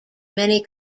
many